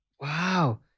Wow